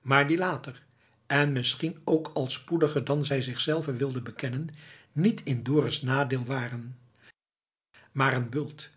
maar die later en misschien ook al spoediger dan zij zichzelve wilde bekennen niet in dorus nadeel waren maar een bult